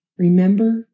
Remember